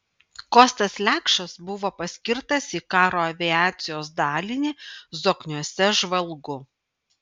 kostas lekšas buvo paskirtas į karo aviacijos dalinį zokniuose žvalgu